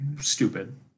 stupid